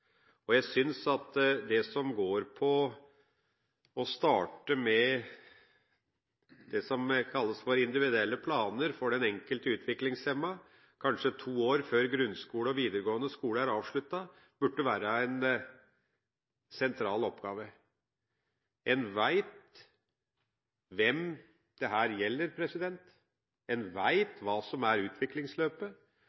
og jeg synes at det som går på å starte med det som kalles for individuelle planer for den enkelte utviklingshemmede kanskje to år før grunnskole og videregående skole er avsluttet, burde være en sentral oppgave. En vet hvem dette gjelder, en vet hva som er utviklingsløpet. Det